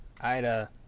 Ida